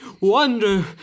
wonder